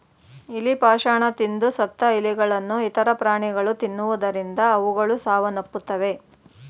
ಇಲಿ ಪಾಷಾಣ ತಿಂದು ಸತ್ತ ಇಲಿಗಳನ್ನು ಇತರ ಪ್ರಾಣಿಗಳು ತಿನ್ನುವುದರಿಂದ ಅವುಗಳು ಸಾವನ್ನಪ್ಪುತ್ತವೆ